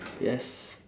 yes